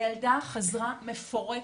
הילדה חזרה מפורקת.